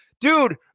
Dude